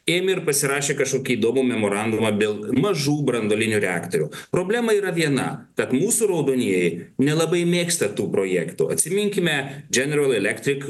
ėmė ir pasirašė kažkokį įdomų memorandumą dėl mažų branduolinių reaktorių problema yra viena kad mūsų raudonieji nelabai mėgsta tų projektų atsiminkime general electric